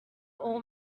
all